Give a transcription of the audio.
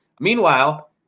Meanwhile